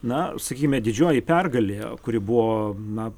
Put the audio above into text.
na sakykime didžioji pergalė kuri buvo na